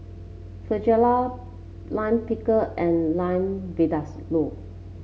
Fajitas Lime Pickle and Lamb Vindaloo